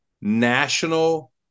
national